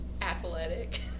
athletic